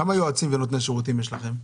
כמה יועצים ונותני שירותים יש לכם?